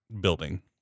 building